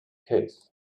case